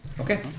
Okay